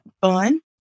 fun